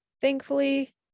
Thankfully